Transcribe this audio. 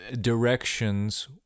directions